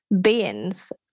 Beings